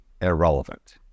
irrelevant